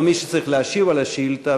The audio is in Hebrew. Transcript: או מי שצריך להשיב על השאילתה,